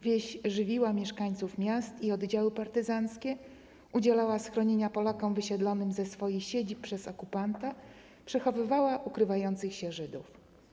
Wieś żywiła mieszkańców miast i oddziały partyzanckie, udzielała schronienia Polakom wysiedlonym ze swoich siedzib przez okupanta, przechowywała ukrywających się Żydów.